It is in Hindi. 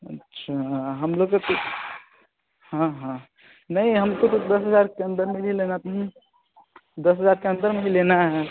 अच्छा हम लेंगे तो हाँ हाँ नहीं हमको तो दस हज़ार के अंदर में ही लेना दस हज़ार के अंदर मुझे लेना है